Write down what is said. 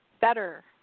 better